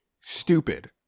stupid